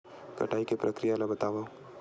कटाई के प्रक्रिया ला बतावव?